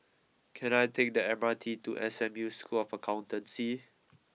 can I take the M R T to S M U School of Accountancy